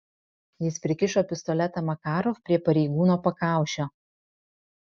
jis prikišo pistoletą makarov prie pareigūno pakaušio